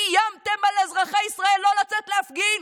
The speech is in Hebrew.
איימתם על אזרחי ישראל לא לצאת להפגין.